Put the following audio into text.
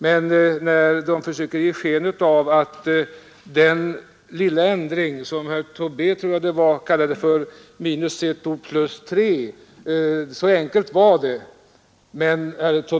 Men när de försöker ge sken av att det är så enkelt att göra den lilla ändring som herr Tobé kallade för minus ett år plus tre, håller jag inte med dem.